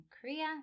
Korea